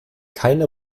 keine